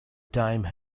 time